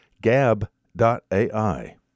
Gab.ai